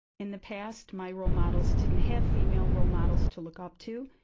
in the past, my role models didn't have female role models to look up to,